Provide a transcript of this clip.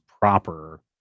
proper